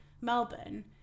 Melbourne